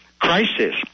crisis